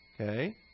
Okay